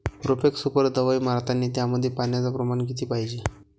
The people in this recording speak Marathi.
प्रोफेक्स सुपर दवाई मारतानी त्यामंदी पान्याचं प्रमाण किती पायजे?